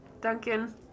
Duncan